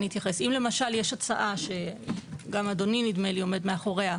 אם למשל יש הצעה שנדמה לי שגם אדוני עומד מאחוריה,